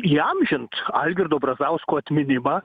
įamžint algirdo brazausko atminimą